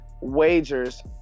wagers